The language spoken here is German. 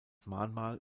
mahnmal